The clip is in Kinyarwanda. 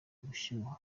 gushyuha